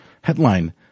Headline